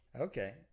Okay